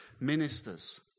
ministers